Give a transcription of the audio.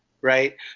Right